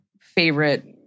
favorite